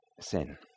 sin